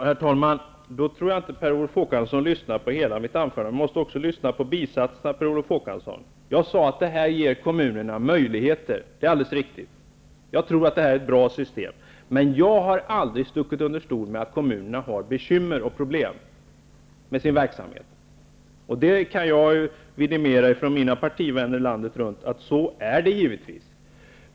Herr talman! Jag tror inte att Per Olof Håkansson lyssnade på hela mitt anförande. Man måste också lyssna på bisatserna, Per Olof Håkansson. Jag sade att detta ger kommunerna möjligheter, det är alldeles riktigt. Jag tror att det här är ett bra system. Men jag har aldrig stuckit under stol med att kommunerna har bekymmer och problem med sin verksamhet. Från mina partivänner landet runt kan jag vidimera att så är fallet.